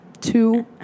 two